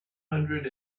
hundred